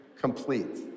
complete